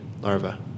larva